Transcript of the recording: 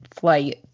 flight